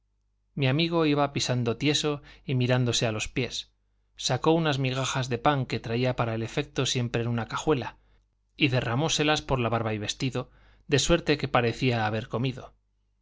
mi amigo iba pisando tieso y mirándose a los pies sacó unas migajas de pan que traía para el efecto siempre en una cajuela y derramóselas por la barba y vestido de suerte que parecía haber comido